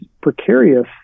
precarious